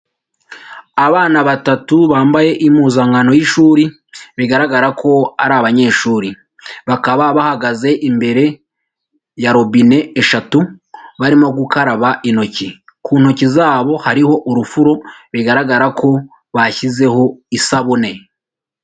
Abana batatu bambaye impuzankano y'ishuri bigaragara ko ari abanyeshuri, bakaba bahagaze imbere ya robine eshatu barimo gukaraba intoki, ku ntoki zabo hariho urufuro bigaragara ko bashyizeho isabune.